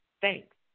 Thanks